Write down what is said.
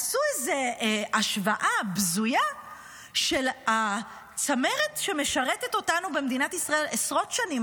עשו איזו השוואה בזויה של הצמרת שמשרתת אותנו במדינת ישראל עשרות שנים,